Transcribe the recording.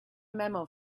memo